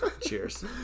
Cheers